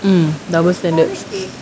hmm double standards